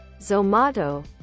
Zomato